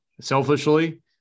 selfishly